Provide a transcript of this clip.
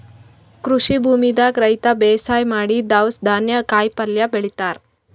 ಕೃಷಿ ಭೂಮಿದಾಗ್ ರೈತರ್ ಬೇಸಾಯ್ ಮಾಡಿ ದವ್ಸ್ ಧಾನ್ಯ ಕಾಯಿಪಲ್ಯ ಬೆಳಿತಾರ್